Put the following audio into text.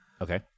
okay